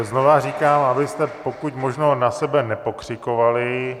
Znovu říkám, abyste pokud možno na sebe nepokřikovali.